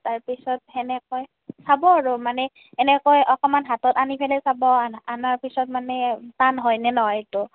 তাৰপিছত সেনেকৈ চাব আৰু মানে এনেকৈ অকণমান হাতত আনি পেলাই চাব অনাৰ পিছত মানে টান হয়নে নহয় সেইটো